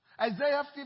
Isaiah